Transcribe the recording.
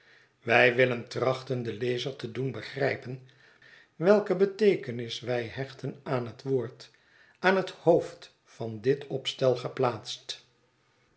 wij willen trachten den lezer te doen begrijpen welke beteekenis wij hechten aan het woord aan het hoofd van dit opstel geplaatst